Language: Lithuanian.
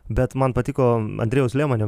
bet man patiko andrejaus lemanio